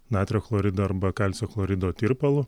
natrio chlorido arba kalcio chlorido tirpalu